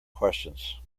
questions